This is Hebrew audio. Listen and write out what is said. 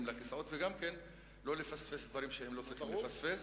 לכיסאות וגם לא לפספס דברים שהם לא צריכים לפספס.